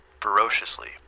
ferociously